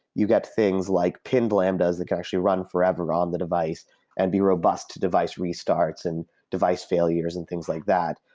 you get things like pinned lambdas that can actually gushy run forever on the device and be robust to device restarts and device failures and things like that.